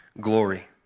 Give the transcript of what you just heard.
Glory